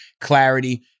clarity